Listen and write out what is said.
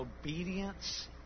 Obedience